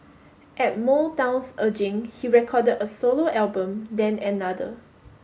at Motown's urging he recorded a solo album then another